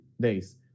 days